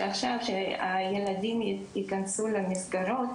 שעכשיו שהילדים ייכנסו למסגרות,